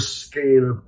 scale